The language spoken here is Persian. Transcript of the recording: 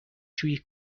شویی